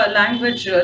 language